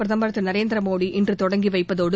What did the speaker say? பிரதமா் திரு நரேந்திர மோடி இன்று தொடங்கி வைப்பதோடு